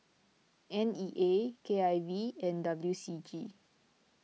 N E A K I V and W C G